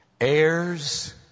Heirs